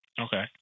Okay